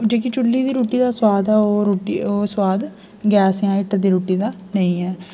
जेह्की चुल्ली दी रूटी दा स्वाद ऐ ओह् रुट्टी ओ स्वाद गैस जां हीटर दी रुट्टी दा नेई ऐ